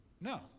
No